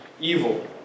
evil